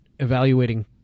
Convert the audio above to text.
evaluating